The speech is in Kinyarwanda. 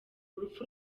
urupfu